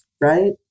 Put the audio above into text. right